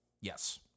Yes